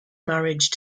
marriage